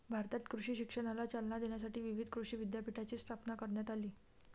भारतात कृषी शिक्षणाला चालना देण्यासाठी विविध कृषी विद्यापीठांची स्थापना करण्यात आली